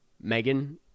Megan